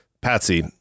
Patsy